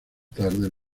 tarde